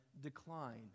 decline